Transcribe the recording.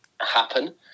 happen